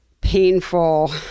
painful